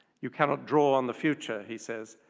you cannot draw on the future, he says.